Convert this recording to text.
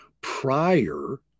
prior